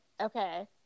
Okay